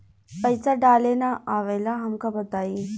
पईसा डाले ना आवेला हमका बताई?